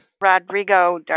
Rodrigo